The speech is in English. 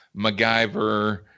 MacGyver